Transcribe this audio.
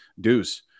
Deuce